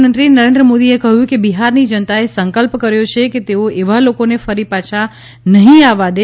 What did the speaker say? પ્રધાનમંત્રી નરેન્દ્ર મોદીએ કહ્યું કે બિહારની જનતાએ સંકલ્પ કર્યો છે કે તેઓ એવા લોકોને ફરી પાછા નહી આવવા દે